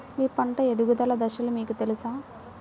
మీ పంట ఎదుగుదల దశలు మీకు తెలుసా?